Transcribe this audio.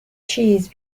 cheese